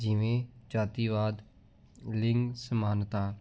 ਜਿਵੇਂ ਜਾਤੀਵਾਦ ਲਿੰਗ ਸਮਾਨਤਾ